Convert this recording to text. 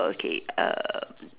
okay um